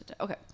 Okay